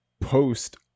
post